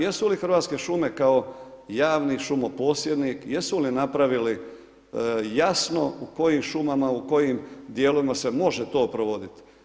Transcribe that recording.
Jesu li hrvatske šume, kao javni šumoposjednik jesu li napravili jasno u kojim šumama u kojim dijelovima se može to provoditi.